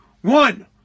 One